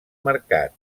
mercat